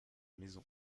maisons